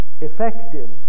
effective